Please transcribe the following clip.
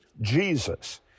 Jesus